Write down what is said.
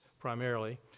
primarily